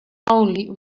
only